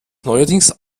neuerdings